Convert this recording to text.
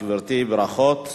גברתי, ברכות.